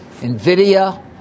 NVIDIA